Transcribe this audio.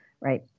right